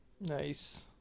Nice